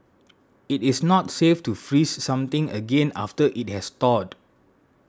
it is not safe to freeze something again after it has thawed